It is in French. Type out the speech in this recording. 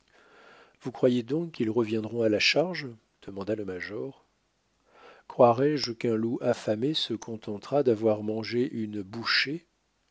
vous croyez donc qu'ils reviendront à la charge demanda le major croirais-je qu'un loup affamé se contentera d'avoir mangé une bouchée